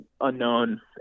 unknown